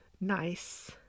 nice